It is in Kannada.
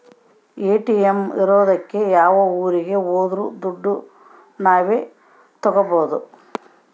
ಎ.ಟಿ.ಎಂ ಇರೋದಕ್ಕೆ ಯಾವ ಊರಿಗೆ ಹೋದ್ರು ದುಡ್ಡು ನಾವ್ ತಕ್ಕೊಬೋದು